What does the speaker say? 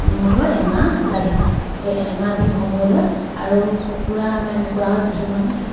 সিহঁতৰ এমাহ লাগে এই এমাহ দিন সময় লয় আৰু কুকুৰা আমাৰ এনেকুৱা হয় কিছুমান